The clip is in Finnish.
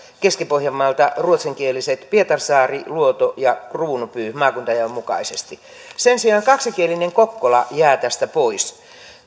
keski pohjanmaalta ruotsinkieliset pietarsaari luoto ja kruunupyy maakuntajaon mukaisesti sen sijaan kaksikielinen kokkola jää tästä pois